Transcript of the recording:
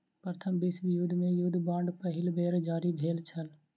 प्रथम विश्व युद्ध मे युद्ध बांड पहिल बेर जारी भेल छल